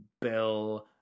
Bill